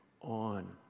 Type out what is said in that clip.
on